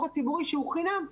שהוא חינם.